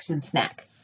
snack